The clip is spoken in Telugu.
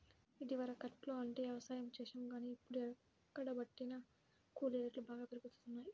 ఇదివరకట్లో అంటే యవసాయం చేశాం గానీ, ఇప్పుడు ఎక్కడబట్టినా కూలీ రేట్లు బాగా పెరిగిపోతన్నయ్